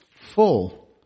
full